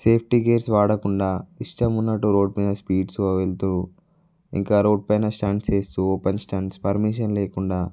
safety gears వాడకుండా ఇష్టం ఉన్నట్టు రోడ్డు మీద స్పీడ్స్ గా వెళ్తూ ఇంకా రోడ్ పైన స్టంట్స్ చేస్తూ ఓపెన్ స్టంట్స్ పర్మిషన్ లేకుండా